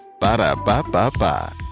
Ba-da-ba-ba-ba